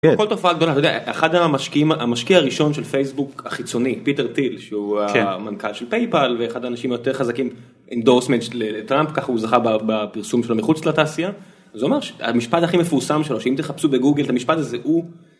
הכל תופעה גדולה, אתה יודע, אחד המשקיעים.. המשקיע הראשון של פייסבוק, החיצוני, פיטר טיל, שהוא המנכ״ל של פייפאל ואחד האנשים היותר חזקים אינדורסמנט לטראמפ, ככה הוא זכה בפרסום שלו מחוץ לתעשייה. אז הוא אמר... המשפט הכי מפורסם שלו שאם תחפשו בגוגל את המשפט הזה הוא.